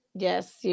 Yes